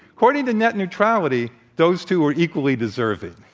according to net neutrality, those two are equally deserving,